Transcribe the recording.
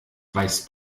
weißt